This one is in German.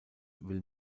will